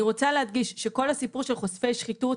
אני רוצה להדגיש שכל הסיפור של חושפי שחיתות